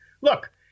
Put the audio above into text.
Look